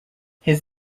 his